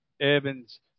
Evans